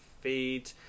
feed